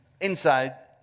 Inside